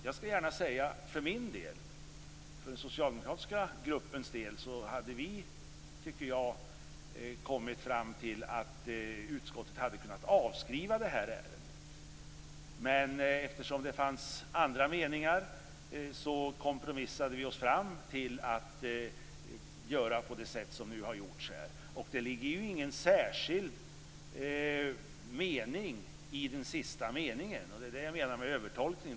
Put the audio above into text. Jag skall gärna säga att den socialdemokratiska gruppen hade kommit fram till att utskottet hade kunnat avskriva detta ärende, men eftersom det fanns andra meningar kompromissade vi oss fram till att vi skulle göra på det sätt som vi nu har gjort. Det ligger ingen särskild betydelse i den sista meningen. Det är det jag menar med övertolkning.